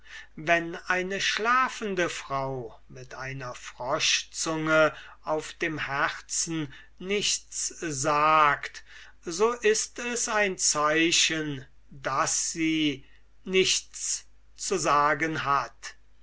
wenn eine schlafende frau mit einer froschzunge auf dem herzen nichts sagt so ist es ein zeichen daß sie nichts zu sagen hat